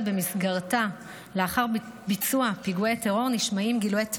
שבמסגרתה לאחר ביצוע פיגועי טרור נשמעים גילויי תמיכה,